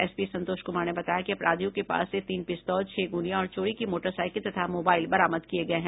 SP Santosh Kumar ने बताया कि अपराधियों के पास से तीन पिस्तौल छह गोलियां और चोरी की मोटरसाइकिल तथा मोबाइल बरामद किये गये हैं